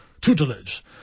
Tutelage